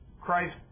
Christ